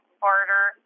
barter